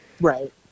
right